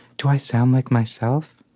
do i sound like myself?